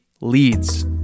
leads